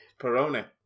Pepperoni